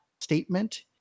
statement